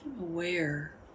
aware